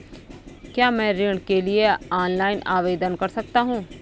क्या मैं ऋण के लिए ऑनलाइन आवेदन कर सकता हूँ?